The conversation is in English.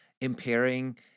impairing